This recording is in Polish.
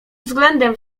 względem